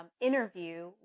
interview